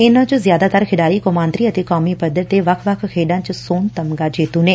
ਇਨੂਾ ਚ ਜ਼ਿਆਦਾਤਰ ਖਿਡਾਰੀ ਕੌਮਾਂਤਰੀ ਅਤੇ ਕੌਮੀ ਪੱਧਰ ਤੇ ਵੱਖ ਵੱਖ ਖੇਡਾਂ ਚ ਸੋਨ ਤਮਗਾ ਜੇਤੂ ਨੇ